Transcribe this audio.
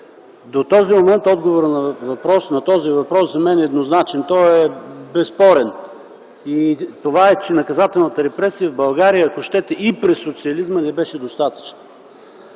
до този момент отговорът на този въпрос за мен е еднозначен, безспорен. Той е, че наказателната репресия в България, ако щете и при социализма, не беше достатъчна.